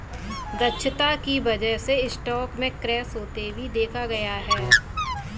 दक्षता की वजह से स्टॉक में क्रैश होते भी देखा गया है